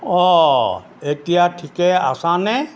অঁ এতিয়া ঠিকেই আছা নে